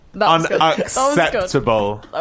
Unacceptable